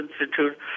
Institute